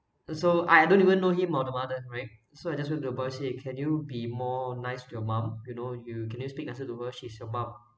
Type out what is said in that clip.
so I don't even know him or the mother right so I just went above say can you be more nice to your mum you know you can you speak nicer to her she's your mum